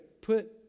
put